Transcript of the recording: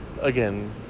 again